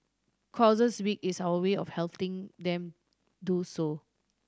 causes week is our way of helping them do so